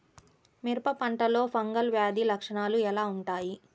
మిరప పంటలో ఫంగల్ వ్యాధి లక్షణాలు ఎలా వుంటాయి?